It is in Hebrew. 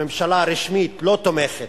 הממשלה, רשמית, לא תומכת,